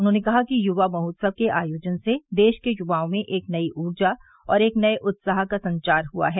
उन्होंने कहा कि यूवा महोत्सव के आयोजन से देश के यूवाओं में एक नई ऊर्जा और एक नए उत्साह का संचार हुआ है